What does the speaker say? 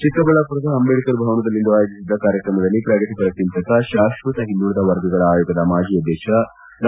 ಚಿಕ್ಕಬಳ್ಳಾಪುರ ಅಂಬೇಡ್ಕರ್ ಭವನದಲ್ಲಿಂದು ಆಯೋಜಿದ್ದ ಕಾರ್ಯಕ್ರಮದಲ್ಲಿ ಪ್ರಗತಿಪರ ಚಿಂತಕ ಶಾಕ್ಷತ ಹಿಂದುಳಿದ ವರ್ಗಗಳ ಆಯೋಗದ ಮಾಜಿ ಅಧ್ಯಕ್ಷ ಡಾ